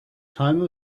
time